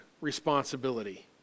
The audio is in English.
responsibility